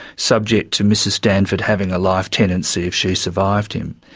subject to mrs stanford having a life tenancy if she survived him.